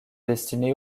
destinée